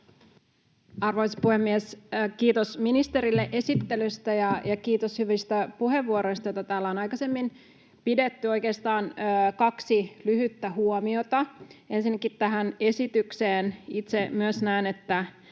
Arvoisa puhemies! Kiitos ministerille esittelystä, ja kiitos hyvistä puheenvuoroista, joita täällä on aikaisemmin pidetty. Oikeastaan kaksi lyhyttä huomiota. Ensinnäkin tähän esitykseen: Myös itse näen, että